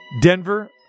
Denver